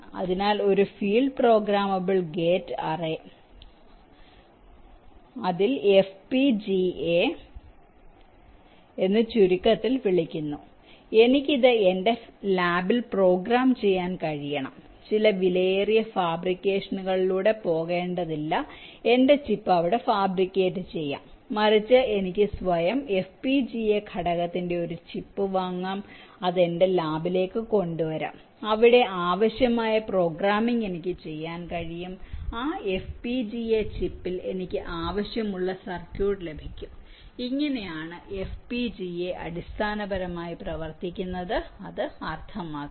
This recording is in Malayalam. അതിനാൽ ഒരു ഫീൽഡ് പ്രോഗ്രാമബിൾ ഗേറ്റ് അറേ അല്ലെങ്കിൽ FPGA എന്ന് ചുരുക്കത്തിൽ വിളിക്കുന്നു എനിക്ക് ഇത് എന്റെ ലാബിൽ പ്രോഗ്രാം ചെയ്യാൻ കഴിയണം ചില വിലയേറിയ ഫാബ്രിക്കേഷനുകളിലൂടെ പോകേണ്ടതില്ല എന്റെ ചിപ്പ് അവിടെ ഫാബ്രിക്കേറ്റ് ചെയ്യാം മറിച്ച് എനിക്ക് സ്വയം FPGA ഘടകത്തിന്റെ ഒരു ചിപ്പ് വാങ്ങാം അത് എന്റെ ലാബിലേക്ക് കൊണ്ടുവരാം അവിടെ ആവശ്യമായ പ്രോഗ്രാമിംഗ് എനിക്ക് ചെയ്യാൻ കഴിയും ആ FPGA ചിപ്പിൽ എനിക്ക് ആവശ്യമുള്ള സർക്യൂട്ട് ലഭിക്കും ഇങ്ങനെയാണ് FPGA അടിസ്ഥാനപരമായി പ്രവർത്തിക്കുന്നത് അത് അർത്ഥമാക്കുന്നത്